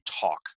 talk